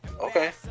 okay